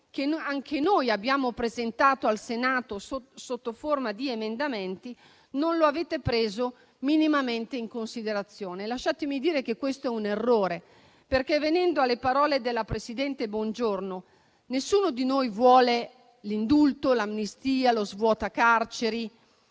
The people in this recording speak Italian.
che anche noi abbiamo presentato in Senato sotto forma di emendamenti, non lo avete preso minimamente in considerazione. Lasciatemi dire che questo è un errore perché, venendo alle parole della presidente Bongiorno, nessuno di noi vuole l'indulto, l'amnistia o lo svuotacarceri,